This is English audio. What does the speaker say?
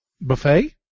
Buffet